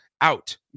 out